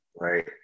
right